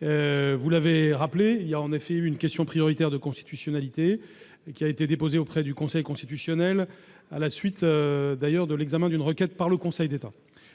Vous l'avez rappelé, une question prioritaire de constitutionnalité a été déposée auprès du Conseil constitutionnel à la suite de l'examen d'une requête par le Conseil d'État.